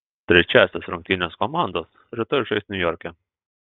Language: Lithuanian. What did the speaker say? trečiąsias rungtynes komandos rytoj žais niujorke